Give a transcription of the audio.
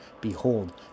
Behold